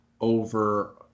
over